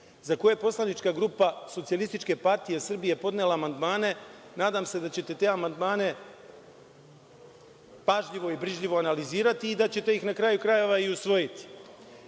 za koje je poslanička grupa SPS podnela amandmane, nadam se da ćete te amandmane pažljivo i brižljivo analizirati i da ćete ih, na kraju krajeva, i usvojiti. Poći